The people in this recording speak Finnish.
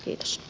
kiitos